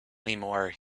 anymore